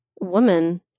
woman